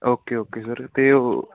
okay okay sir ਅਤੇ ਉਹ